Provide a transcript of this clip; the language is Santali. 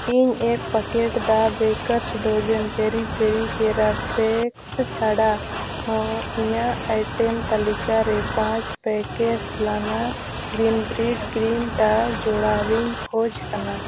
ᱤᱧ ᱮᱠ ᱯᱮᱠᱮᱴ ᱫᱟ bakers dozen peri peri crackers ᱪᱷᱟᱰᱟ ᱦᱚᱸ ᱤᱧᱟᱹᱜ ᱟᱭᱴᱮᱢ ᱛᱟᱞᱤᱠᱟ ᱨᱮ ᱯᱟᱸᱪ ᱯᱮᱠᱥ ᱞᱟᱱᱟ ᱜᱨᱤᱱ ᱵᱟᱨᱰ ᱜᱨᱤᱱ ᱴᱤ ᱡᱚᱲᱟᱣᱤᱧ ᱠᱷᱚᱡᱽ ᱠᱟᱱᱟ